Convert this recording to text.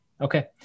Okay